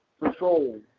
control